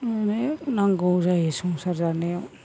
अनेक नांगौ जायो संसार जानायाव